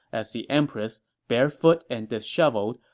as the empress, barefoot and disheveled,